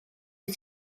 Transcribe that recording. wyt